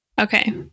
Okay